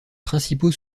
principaux